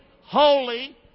holy